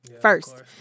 first